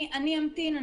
אני אמתין,